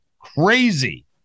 Crazy